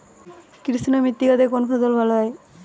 কৃষ্ণ মৃত্তিকা তে কোন ফসল ভালো হয়?